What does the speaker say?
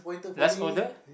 let's order